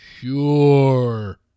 sure